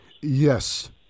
Yes